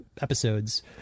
episodes